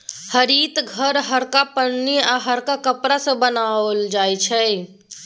हरित घर हरका पन्नी आ हरका कपड़ा सँ बनाओल जाइ छै